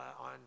on